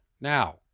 Now